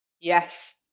Yes